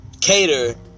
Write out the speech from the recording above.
cater